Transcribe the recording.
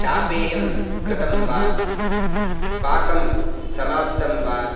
चापेयं कृतं वा पाकं समाप्तं वा